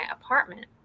apartment